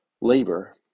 labor